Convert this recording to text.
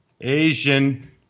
Asian